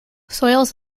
soils